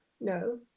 no